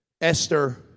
Esther